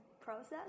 process